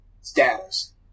status